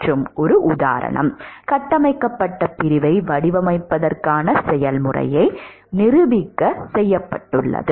மற்றும் ஒரு உதாரணம் கட்டமைக்கப்பட்ட பிரிவை வடிவமைப்பதற்கான செயல்முறையை நிரூபிக்க செய்யப்பட்டுள்ளது